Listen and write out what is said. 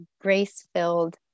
grace-filled